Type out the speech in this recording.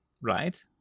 right